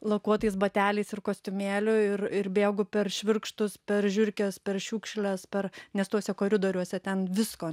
lakuotais bateliais ir kostiumėliu ir ir bėgu per švirkštus per žiurkes per šiukšles per nes tuose koridoriuose ten visko